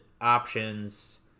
Options